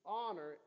honor